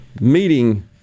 meeting